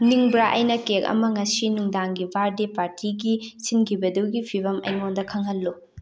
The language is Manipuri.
ꯅꯤꯡꯕ꯭ꯔꯥ ꯑꯩꯅ ꯀꯦꯛ ꯑꯃ ꯉꯁꯤ ꯅꯨꯡꯗꯥꯡꯒꯤ ꯕꯥꯔꯗꯦ ꯄꯥꯔꯇꯤꯒꯤ ꯁꯤꯡꯈꯤꯕꯗꯨꯒꯤ ꯐꯤꯕꯝ ꯑꯩꯉꯣꯟꯗ ꯈꯪꯍꯜꯂꯨ